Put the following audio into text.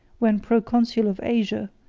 when proconsul of asia,